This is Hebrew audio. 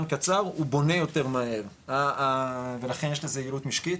קצר הוא בונה יותר מהר ולכן יש לזה יעילות משקית,